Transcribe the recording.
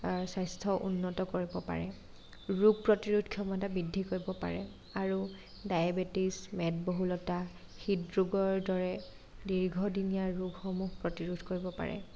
স্বাস্থ্য উন্নত কৰিব পাৰে ৰোগ প্ৰতিৰোধ ক্ষমতা বৃদ্ধি কৰিব পাৰে আৰু ডায়েবেটিছ মেদবহুলতা হৃদৰোগৰ দৰে দীৰ্ঘদিনীয়া ৰোগসমূহ প্ৰতিৰোধ কৰিব পাৰে